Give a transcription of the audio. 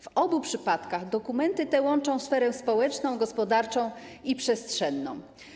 W obu przypadkach dokumenty te łączą sferę społeczną, gospodarczą i przestrzenną.